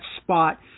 spot